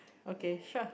okay sure